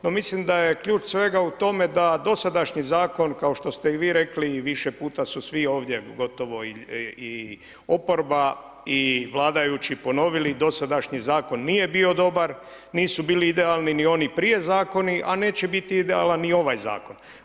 No mislim da je ključ svega u tome da dosadašnji zakon kao što ste i vi rekli i više puta su svi ovdje i gotovo i oporba i vladajući ponovili, dosadašnji zakon nije bio dobar, nisu bili idealni ni oni prije zakoni, a neće biti idealan i ovaj zakon.